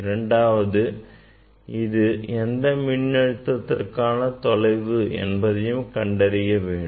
இரண்டாவதாக இது எந்த மின் அழுத்தத்திற்கான தொலைவு என்பதையும் கண்டறிய வேண்டும்